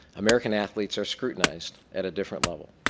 american athletes are scrutinized at a different level.